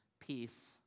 peace